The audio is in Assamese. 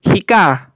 শিকা